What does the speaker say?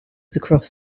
across